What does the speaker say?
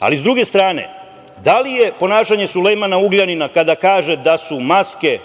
Ali, s druge strane da li je ponašanje Sulejmana Ugljanina kada kaže da su maske